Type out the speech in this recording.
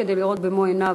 כדי לראות במו-עיניו,